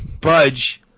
Budge